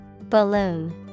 Balloon